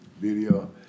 Video